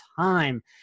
time